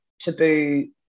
taboo